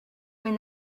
when